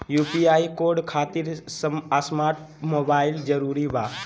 UPI code खातिर smart mobile जरूरी बा?